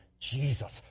Jesus